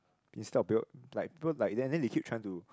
this type of people like people like them then they keep trying to